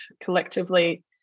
collectively